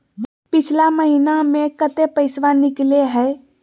पिछला महिना मे कते पैसबा निकले हैं?